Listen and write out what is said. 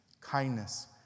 kindness